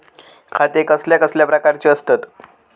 खाते कसल्या कसल्या प्रकारची असतत?